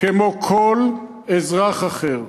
כמו בכל אזרח אחר.